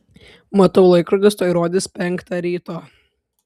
matau laikrodis tuoj rodys penktą ryto